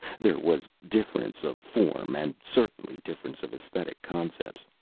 there was difference of form, and certainly difference of esthetic concepts.